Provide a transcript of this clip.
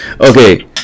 Okay